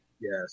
Yes